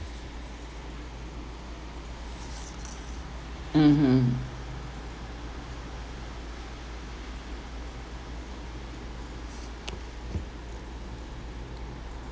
mmhmm